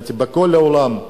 בכל העולם,